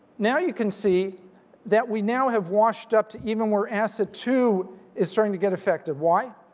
now you can see that we now have washed up to even where asset two is starting to get affected. why?